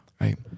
Right